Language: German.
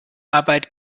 arbeit